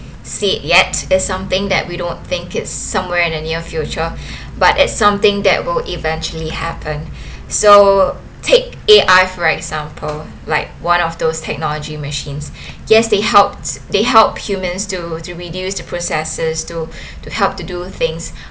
state yet is something that we don't think it's somewhere in the near future but it's something that will eventually happen so take A_I for example like one of those technology machines yes they helped they help humans to to reduce the processes to to help to do things